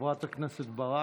חברת הכנסת ברק,